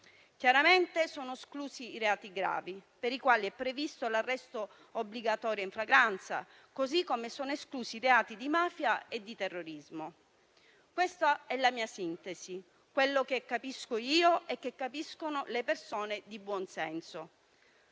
Chiaramente sono esclusi i reati gravi, per i quali è previsto l'arresto obbligatorio in flagranza, così come sono esclusi i reati di mafia e di terrorismo. Questa è la mia sintesi, quello che capisco io e che capiscono le persone di buon senso.